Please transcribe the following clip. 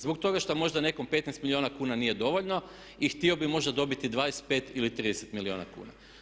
Zbog toga što možda nekom 15 milijuna kuna nije dovoljno i htio bi možda dobiti 25 ili 30 milijuna kuna.